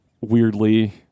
weirdly